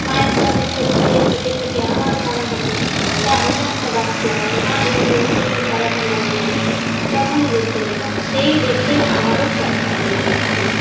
মায়ের সঙ্গে ছোট থেকে থেকে থেকে আমারও মনে হতো যে আমিও একটা গাছ লাগাই মা বলতো এ নে এই চারাটা লাগিয়ে দে যখনই দেখতে পেতাম সেই দেখেই আমারও শখটা বেড়ে উঠেছিল